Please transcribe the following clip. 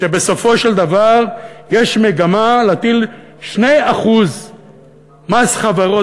שבסופו של דבר יש מגמה להטיל 2% מס חברות,